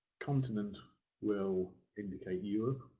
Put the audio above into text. continent will indicate europe,